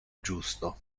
giusto